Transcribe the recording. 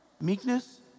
Meekness